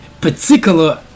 particular